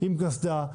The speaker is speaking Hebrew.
עם קסדה,